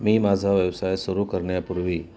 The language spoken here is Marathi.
मी माझा व्यवसाय सुरू करण्यापूर्वी